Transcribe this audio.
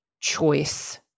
choice